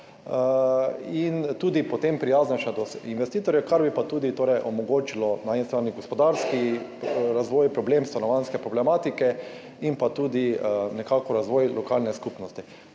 in tudi potem prijaznejša do investitorjev, kar bi pa tudi, torej omogočilo na eni strani gospodarski razvoj, problem stanovanjske problematike in pa tudi nekako razvoj lokalne skupnosti.